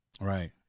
Right